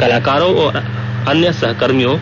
कलाकारों और अन्य सहकर्मियों